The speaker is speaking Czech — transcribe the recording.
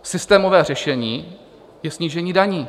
Systémové řešení je snížení daní.